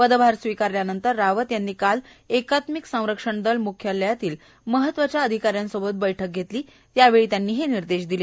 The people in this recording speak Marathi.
पदभार स्वीकारल्यानंतर रावत यांनी काल एकात्मिक संरक्षण दल म्ख्यालयातल्या महत्वाच्या अधिकाऱ्यांसोबत बैठक घेतली त्यावेळी त्यांनी हे निर्देश दिले